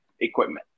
equipment